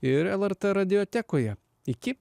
ir lrt radiotekoje iki